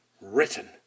Written